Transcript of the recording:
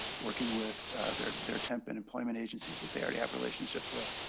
working with their their temp and employment agencies that they already have relationships with,